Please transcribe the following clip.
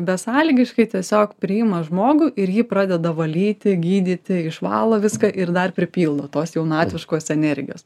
besąlygiškai tiesiog priima žmogų ir jį pradeda valyti gydyti išvalo viską ir dar pripildo tos jaunatviškos energijos